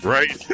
Right